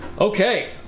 Okay